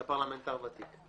אתה פרלמנטר ותיק.